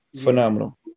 Phenomenal